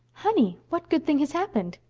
honey, what good thing has happened?